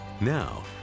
Now